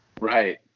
Right